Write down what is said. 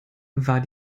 war